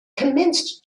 commenced